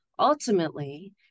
Ultimately